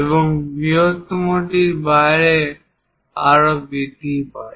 এবং বৃহত্তমটির বাইরে আরও বৃদ্ধি পায়